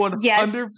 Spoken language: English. yes